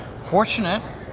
fortunate